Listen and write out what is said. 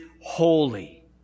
holy